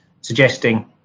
suggesting